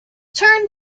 turn